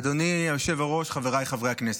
אדוני היושב-ראש, חבריי חברי הכנסת,